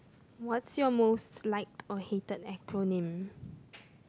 what's your most liked or hated acronym